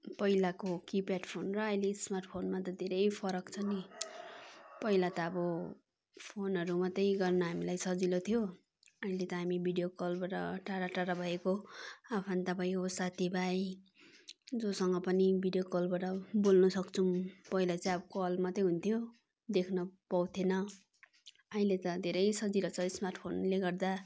पहिलाको keypad phone र अहिले स्मार्ट फोनमा त धेरै फरक छ नि पहिला त अब फोनहरू मात्रै गर्नु हामीलाई सजिलो थियो अहिले त हामी भिडियो कलबाट टाडा टाडा भएको आफन्त भयो साथी भाइ जोसँग पनि भिडियो कलबाट बोल्नु सक्छौँ पहिला चाहिँ अब कल मात्रै हुन्थ्यो देख्न पाउँथेन अहिले त धेरै सजिलो छ स्मार्ट फोनले गर्दा